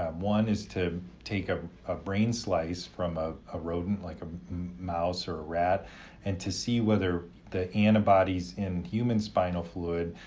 um one is to take a a brain slice from a a rodent, like a mouse or a rat and to see whether the antibodies in human spinal fluid